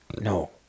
No